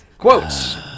Quotes